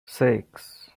six